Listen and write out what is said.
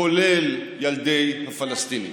כולל ילדי הפלסטינים.